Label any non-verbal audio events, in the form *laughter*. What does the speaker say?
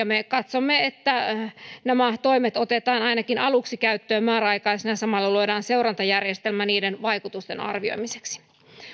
*unintelligible* me katsomme että nämä toimet otetaan ainakin aluksi käyttöön määräaikaisina samalla luodaan seurantajärjestelmä niiden vaikutusten arvioimiseksi